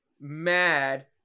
mad